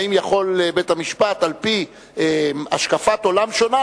האם יכול בית-המשפט על-פי השקפת עולם שונה,